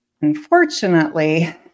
Unfortunately